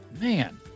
man